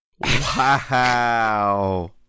Wow